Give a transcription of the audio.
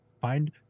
find